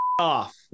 off